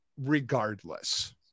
regardless